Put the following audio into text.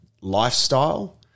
lifestyle